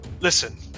Listen